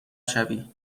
شوی